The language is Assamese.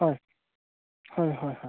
হয় হয় হয় হয়